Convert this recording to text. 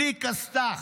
בלי כסת"ח.